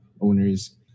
owners